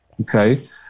okay